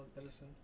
Edison